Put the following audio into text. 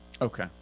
Okay